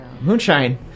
Moonshine